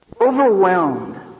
overwhelmed